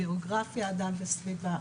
גיאוגרפיה אדם וסביבה,